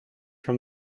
from